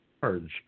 charge